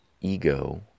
ego